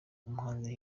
umuhanzi